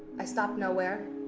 i stopped nowhere,